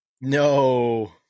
no